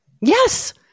Yes